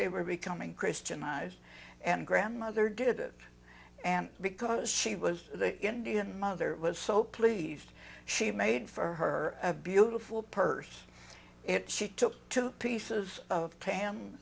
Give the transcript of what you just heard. they were becoming christianized and grandmother did and because she was the indian mother was so pleased she made for her a beautiful purse it she took two pieces of tam